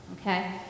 okay